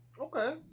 Okay